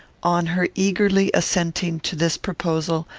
on her eagerly assenting to this proposal,